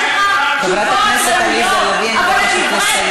חברת הכנסת עליזה לביא, אני מבקשת לסיים.